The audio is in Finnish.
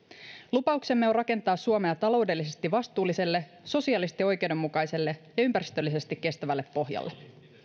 lupauksemme on rakentaa suomea taloudellisesti vastuulliselle sosiaalisesti oikeudenmukaiselle ja ympäristöllisesti kestävälle pohjalle